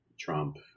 Trump